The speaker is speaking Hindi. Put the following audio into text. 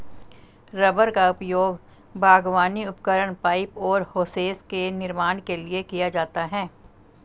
रबर का उपयोग बागवानी उपकरण, पाइप और होसेस के निर्माण के लिए किया जाता है